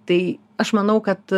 tai aš manau kad